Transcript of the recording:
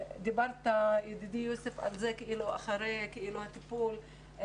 דיברת על אחרי הטיפולים,